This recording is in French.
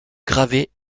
gravée